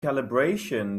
calibration